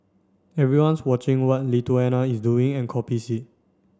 everyone's watching what Lithuania is doing and copies it